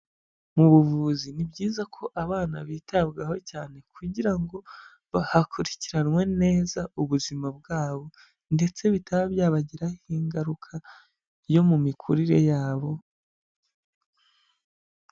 Mu buvuzi ni byiza ko abana bitabwaho cyane kugira ngo bahakurikiranwe neza ubuzima bwabo ndetse bitaba byabagiraho ingaruka yo mu mikurire yabo.